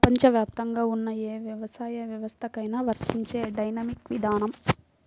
ప్రపంచవ్యాప్తంగా ఉన్న ఏ వ్యవసాయ వ్యవస్థకైనా వర్తించే డైనమిక్ విధానం